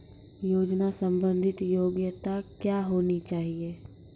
योजना संबंधित योग्यता क्या होनी चाहिए?